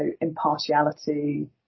impartiality